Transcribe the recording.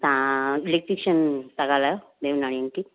तव्हां इलैक्ट्रिशियन था ॻाल्हायो देवनाणी आंटी